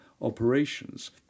operations